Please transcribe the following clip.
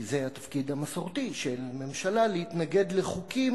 כי זה התפקיד המסורתי של הממשלה להתנגד לחוקים